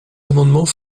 amendements